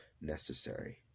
necessary